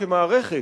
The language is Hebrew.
כמערכת,